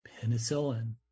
penicillin